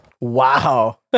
wow